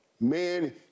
man